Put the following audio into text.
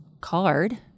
card